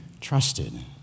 trusted